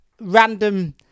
random